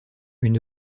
une